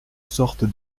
sorte